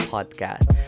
Podcast